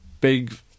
big